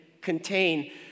contain